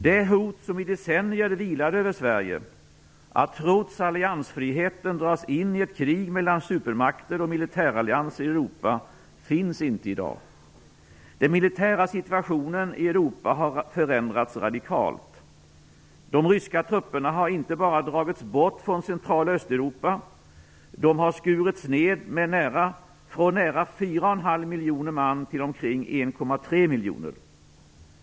Det hot som i decennier vilade över Sverige, att trots alliansfriheten dras in i ett krig mellan supermakter och militärallianser i Europa, finns inte i dag. Den militära situationen i Europa har förändrats radikalt. De ryska trupperna har inte bara dragits bort från Central och Östeuropa, utan de har skurits ned från nära 4,5 miljoner man till omkring 1,3 miljoner.